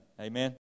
Amen